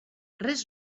res